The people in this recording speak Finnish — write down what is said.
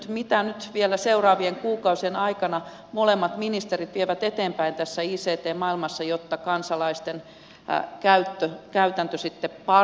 mitä nyt vielä seuraavien kuukausien aikana molemmat ministerit vievät eteenpäin tässä ict maailmassa jotta kansalaisten käytäntö sitten paranee